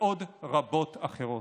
ועוד רבות אחרות.